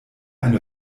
eine